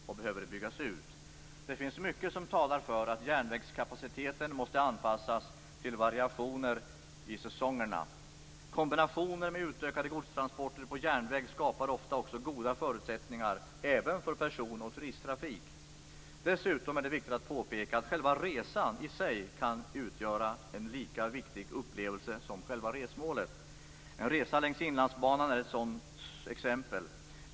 De behöver byggas ut. Det finns mycket som talar för att järnvägskapaciteten måste anpassas till variationer i säsongerna. Kombinationer med utökade godstransporter på järnväg skapar ofta också goda förutsättningar för person och turisttrafik. Dessutom är det viktigt att påpeka att resan i sig kan utgöra en lika viktig upplevelse som själva resmålet. En resa längs Inlandsbanan är ett sådant exempel.